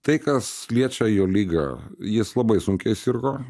tai kas liečia jo ligą jis labai sunkiai susirgo